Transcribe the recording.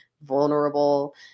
vulnerable